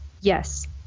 Yes